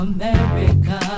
America